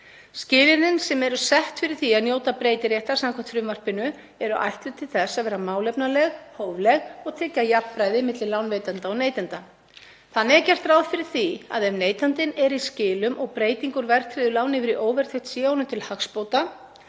Skilyrðin sem eru sett fyrir því að njóta breytiréttar samkvæmt frumvarpinu eru ætluð til þess að vera málefnaleg, hófleg og tryggja jafnræði milli lánveitanda og neytanda. Þannig er gert ráð fyrir því að ef neytandinn er í skilum og breyting úr verðtryggðu láni yfir í óverðtryggt sé honum til hagsbóta